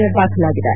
R ದಾಖಲಾಗಿದೆ